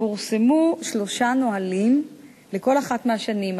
פורסמו שלושה נהלים לכל אחת מהשנים,